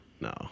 No